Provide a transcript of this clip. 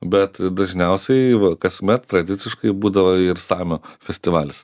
bet dažniausiai kasmet tradiciškai būdavo ir samio festivalis